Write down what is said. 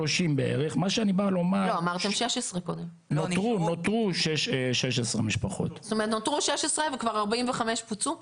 זאת אומרת נותרו 16 וכבר 45 פוצו?